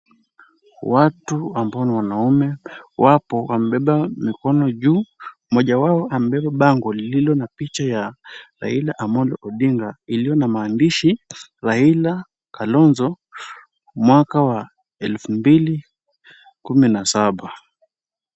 Watu ambao ni wanaume wapo wamebeba mikono juu mmoja wao amebeba bango lililo na picha ya Raila Amolo Odinga iliyo na maandishi Raila-Kalonzo mwaka wa 2017.